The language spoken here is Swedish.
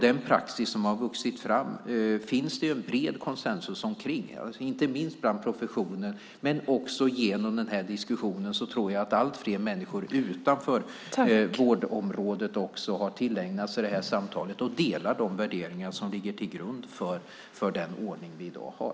Den praxis som har vuxit fram finns det en bred konsensus kring, inte minst i professionen. Men också genom den här diskussionen tror jag att allt fler människor utanför vårdområdet har tillägnat sig det här samtalet och delar de värderingar som ligger till grund för den ordning som vi i dag har.